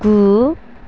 गु